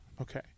Okay